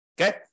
okay